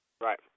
right